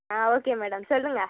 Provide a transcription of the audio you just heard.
ஆ okay madam சொல்லுங்கள்